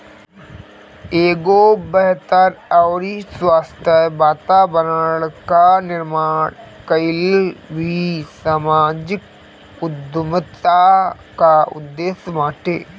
एगो बेहतर अउरी स्वस्थ्य वातावरण कअ निर्माण कईल भी समाजिक उद्यमिता कअ उद्देश्य बाटे